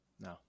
No